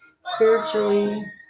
spiritually